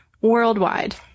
worldwide